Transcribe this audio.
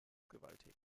gewaltig